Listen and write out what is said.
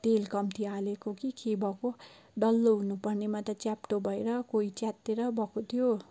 तेल कम्ती हालेको कि खै के भएको डल्लो हुनुपर्नेमा त च्याप्टो भएर कोही च्यातिएर भएको थियो